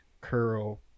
curl